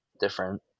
different